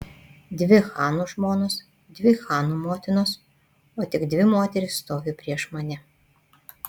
dvi chanų žmonos dvi chanų motinos o tik dvi moterys stovi prieš mane